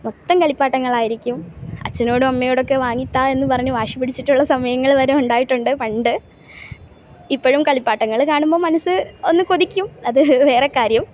മൊത്തം കളിപ്പാട്ടങ്ങളായിരിക്കും അച്ഛനോടും അമ്മയോടൊക്കെ വാങ്ങിത്താ എന്ന് പറഞ്ഞ് വാശി പിടിച്ചിട്ടുള്ള സമയങ്ങൾ വരെ ഉണ്ടായിട്ടുണ്ട് പണ്ട് ഇപ്പോഴും കളിപ്പാട്ടങ്ങൾ കാണുമ്പോൾ മനസ്സ് ഒന്ന് കൊതിക്കും അത് വേറെ കാര്യം